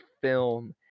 film